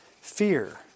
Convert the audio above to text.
fear